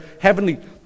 heavenly